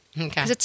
Okay